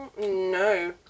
No